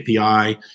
API